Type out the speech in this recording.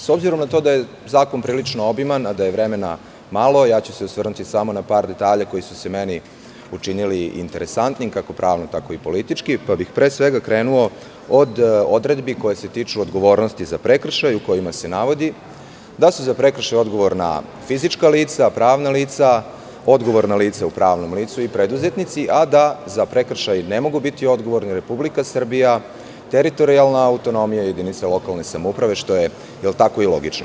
S obzirom na to da je zakon prilično obiman, a da je vremena malo, ja ću se osvrnuti samo na par detalja koji su se meni učinili interesantni, kako pravno, tako i politički, pa bih pre svega krenuo od odredbi koje se tiču odgovornosti za prekršaj u kojima se navodi da su za prekršaj odgovorna fizička lica, pravna lica, odgovorna lica u pravnom licu i preduzetnici, a da za prekršaj ne mogu biti odgovorni Republika Srbija, teritorijalna autonomija i jedinice lokalne samouprave, što je i logično.